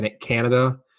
Canada